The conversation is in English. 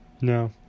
no